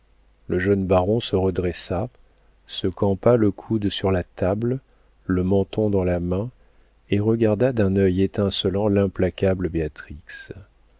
le jeune baron se redressa se campa le coude sur la table le menton dans la main et regarda d'un œil étincelant l'implacable